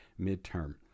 midterm